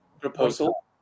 proposal